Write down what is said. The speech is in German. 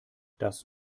das